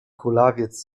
kulawiec